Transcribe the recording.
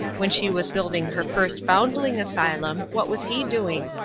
when she was building her first foundling asylum, what was he doing?